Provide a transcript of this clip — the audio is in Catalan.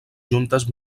juntes